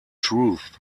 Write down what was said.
truth